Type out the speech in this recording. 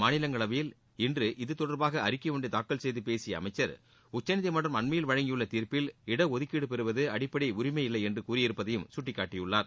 மாநிலங்களவையில் இன்று இது தொடர்பாக அறிக்கை ஒன்றை தாக்கல் செய்து பேசிய அமைச்சர் உச்சநீதிமன்றம் அண்மையில் வழங்கியுள்ள தீர்ப்பில் இடஒதுக்கீடு பெறுவது அடிப்படை உரிமை இல்லை என்று கூறியிருப்பதையும் சுட்டிக்காட்டியுள்ளார்